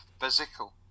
physical